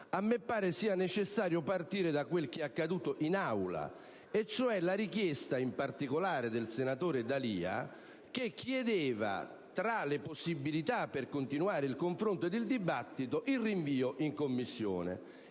mi pare necessario partire da quel che è accaduto in Aula. Mi riferisco alla richiesta, in particolare del senatore D'Alia, che chiedeva, tra le possibilità per continuare il confronto, il rinvio in Commissione